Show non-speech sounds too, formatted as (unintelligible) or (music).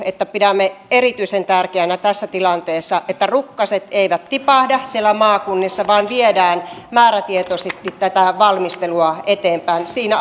että pidämme erityisen tärkeänä tässä tilanteessa että rukkaset eivät tipahda siellä maakunnissa vaan viedään määrätietoisesti tätä valmistelua eteenpäin siinä (unintelligible)